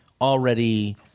already